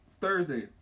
Thursday